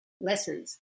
lessons